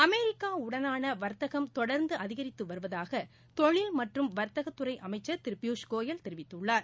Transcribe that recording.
அமெிக்காவுடனானவர்த்தகம் தொடர்ந்துஅதிகரித்துவருவதாகதொழில் மற்றும் வர்த்தகத்தறைஅமைச்சர் திருபியூஷ் கோயல் தெரிவிக்குள்ளார்